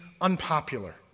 unpopular